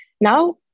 Now